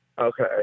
Okay